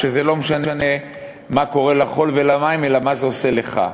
שלא משנה מה קורה לחול ולמים, אלא מה זה עושה לך.